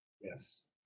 Yes